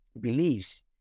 beliefs